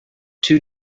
two